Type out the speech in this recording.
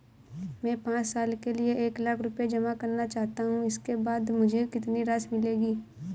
मैं पाँच साल के लिए एक लाख रूपए जमा करना चाहता हूँ इसके बाद मुझे कितनी राशि मिलेगी?